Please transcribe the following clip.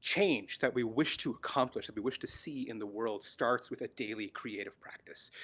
change that we wish to accomplish, that we wish to see in the world starts with a daily creative practice.